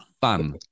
Fun